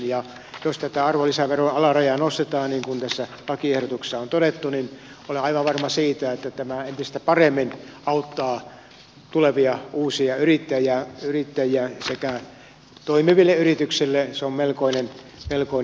jos tätä arvonlisäveron alarajaa nostetaan niin kuin tässä lakiehdotuksessa on todettu niin olen aivan varma siitä että tämä entistä paremmin auttaa tulevia uusia yrittäjiä sekä on toimiville yrityksille melkoinen helpotus